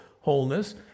wholeness